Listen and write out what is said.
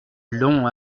long